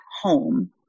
home